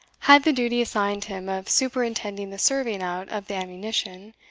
had the duty assigned him of superintending the serving out of the ammunition,